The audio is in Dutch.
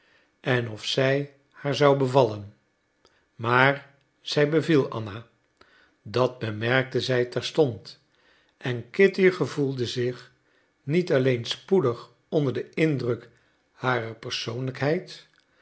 en of zij haar zou bevallen maar zij beviel anna dat bemerkte zij terstond en kitty gevoelde zich niet alleen spoedig onder den indruk harer persoonlijkheid